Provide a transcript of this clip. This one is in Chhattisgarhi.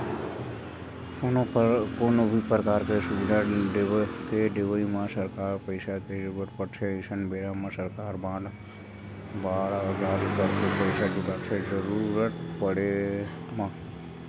कोनो भी परकार के सुबिधा के देवई म सरकार ल पइसा के जरुरत पड़थे अइसन बेरा म सरकार बांड जारी करके पइसा जुटाथे जरुरत पड़े म